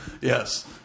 Yes